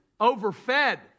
overfed